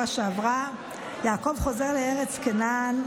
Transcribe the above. שעבר יעקב חוזר לארץ כנען